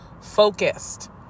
focused